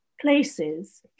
places